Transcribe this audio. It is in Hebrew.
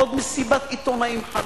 לעוד מסיבת עיתונאים חלולה,